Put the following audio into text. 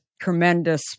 tremendous